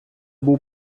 був